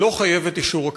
לא חייבת את אישור הכנסת,